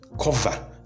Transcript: Cover